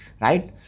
right